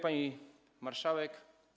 Pani Marszałek!